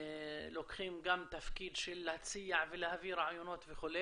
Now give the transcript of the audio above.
לוקחים גם תפקיד של להציע ולהביא רעיונות וכו',